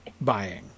buying